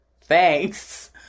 thanks